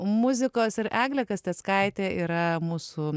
muzikos ir eglė kasteckaitė yra mūsų